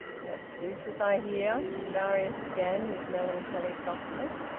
what's this as i hear? darius began, with melancholy softness.